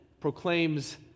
proclaims